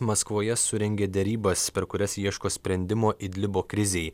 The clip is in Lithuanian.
maskvoje surengė derybas per kurias ieško sprendimo idlibo krizei